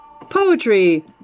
Poetry